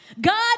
God